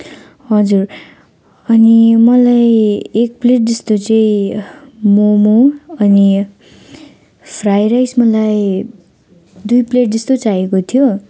हजुर अनि मलाई एक प्लेट जस्तो चाहिँ मम अनि फ्राई राइस मलाई दुई प्लेट जस्तो चाहिएको थियो